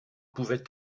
pouvait